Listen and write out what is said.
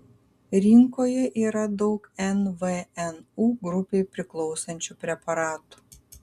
rinkoje yra daug nvnu grupei priklausančių preparatų